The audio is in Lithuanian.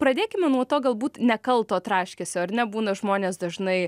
pradėkime nuo to galbūt nekalto traškesio ar ne būna žmonės dažnai